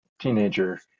teenager